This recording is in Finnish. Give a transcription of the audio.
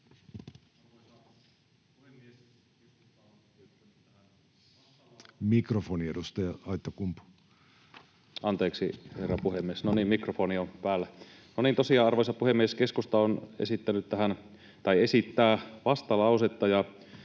Arvoisa puhemies! Keskusta esittää tähän vastalausetta,